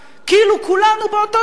כאילו כולנו באותו צד,